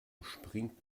springt